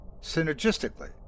synergistically